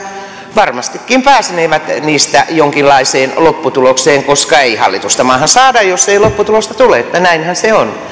varmastikin pääsevät niistä jonkinlaiseen lopputulokseen koska ei hallitusta maahan saada jos ei lopputulosta tule näinhän se on